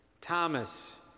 Thomas